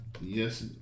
Yes